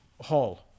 hall